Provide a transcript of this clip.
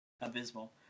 abysmal